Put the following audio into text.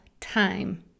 Time